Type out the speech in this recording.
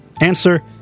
Answer